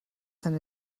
tan